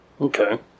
Okay